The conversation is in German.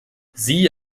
sie